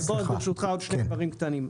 ברשותך, עוד שני דברים קטנים.